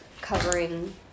covering